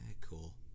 Cool